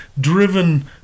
driven